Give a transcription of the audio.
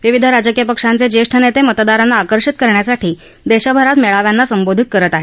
विविध राजकीय पक्षांचे ज्येष्ठ नेते मतदारांना आकर्षित करण्यासाठी देशभरात मेळाव्यांना संबोधित करत आहेत